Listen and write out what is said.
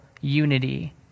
unity